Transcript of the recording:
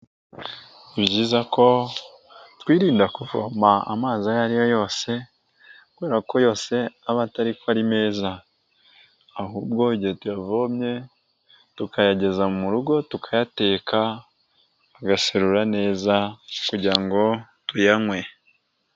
Ni byiza ko twirinda kuvoma amazi ayo ariyo yose kubera ko yose aba atari ko ari meza, ahubwo igihe tuyavomye tukayageza mu rugo tukayateka tukayaserura neza kugira ngo tuyanywe.